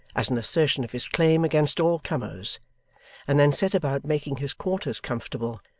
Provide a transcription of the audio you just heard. as an assertion of his claim against all comers and then set about making his quarters comfortable,